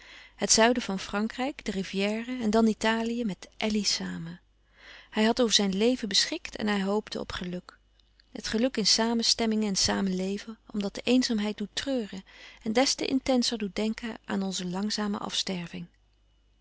het zuiden van frankrijk de riviera en dan italië met elly samen hij had over zijn leven beschikt en hij hoopte op geluk het geluk in samenstemming en samenleven omdat de eenzaamheid doet treuren en des te intenser doet denken aan onze langzame afsterving